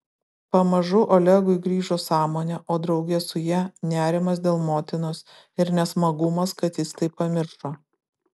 pamažu olegui grįžo sąmonė o drauge su ja nerimas dėl motinos ir nesmagumas kad jis tai pamiršo